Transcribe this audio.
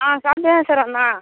ஆ சாப்பிட்டு தான் சார் வந்தான்